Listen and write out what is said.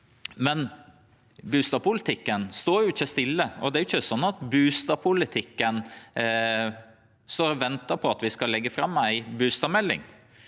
Men bustadpolitikken står ikkje stille, og det er ikkje sånn at bustadpolitikken står og ventar på at vi skal leggje fram ei bustadmelding.